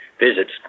visits